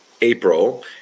April